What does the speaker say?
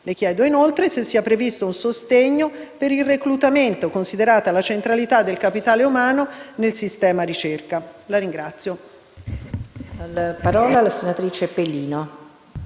Le chiedo, inoltre, se sia previsto un sostegno per il reclutamento, considerata la centralità del capitale umano nel sistema ricerca.